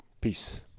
Peace